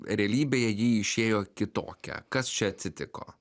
realybėje ji išėjo kitokia kas čia atsitiko